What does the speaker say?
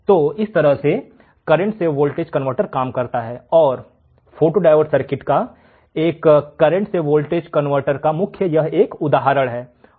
तो इस तरह से करेंट से वोल्टेज कनवर्टर काम करता है और फोटो डायोड सर्किट एक करेंट से वोल्टेज कन्वर्टर का मुख्य उदाहरण है